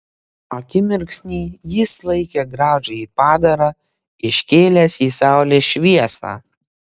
akimirksnį jis laikė gražųjį padarą iškėlęs į saulės šviesą